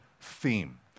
theme